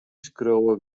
skriuwe